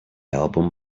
album